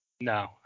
no